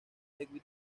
hewitt